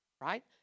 right